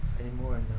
anymore